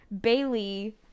bailey